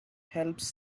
helps